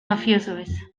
mafiosoez